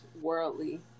worldly